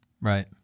Right